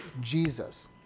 Jesus